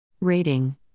Rating